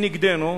נטען נגדנו,